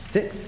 Six